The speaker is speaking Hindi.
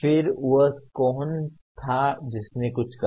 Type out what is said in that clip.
फिर वह कौन था जिसने कुछ कहा